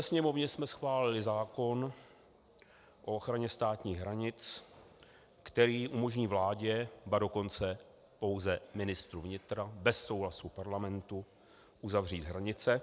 Sněmovně jsme schválili zákon o ochraně státních hranic, který umožní vládě, ba dokonce pouze ministru vnitra bez souhlasu parlamentu uzavřít hranice.